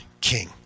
king